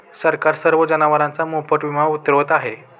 सरकार सर्व जनावरांचा मोफत विमा उतरवत आहे